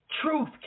Truth